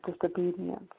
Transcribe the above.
disobedience